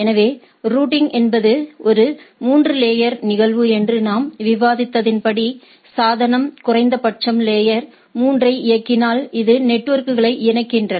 எனவே ரூட்டிங் என்பது ஒரு 3 லேயா் நிகழ்வு என்று நாம் விவாதித்தபடிசாதனம் குறைந்தபட்சம் லேயா் 3 ஐ இயக்கினால் இது நெட்வொர்குகளை இணைக்கிறது